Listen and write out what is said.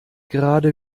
gerade